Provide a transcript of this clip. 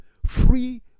Free